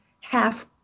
half